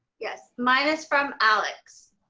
yes. mine is from alex.